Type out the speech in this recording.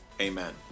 amen